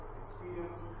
experience